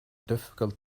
difficult